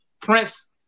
Prince